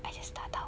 I just tak tahu